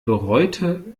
bereute